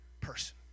person